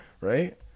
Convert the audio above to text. Right